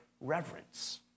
reverence